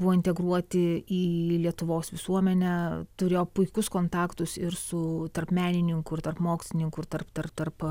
buvo integruoti į lietuvos visuomenę turėjo puikius kontaktus ir su tarp menininkų ir tarp mokslininkų ir tarp tarp tarp